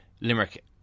Limerick